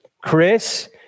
Chris